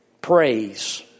Praise